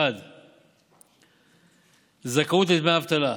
1. זכאות לדמי אבטלה,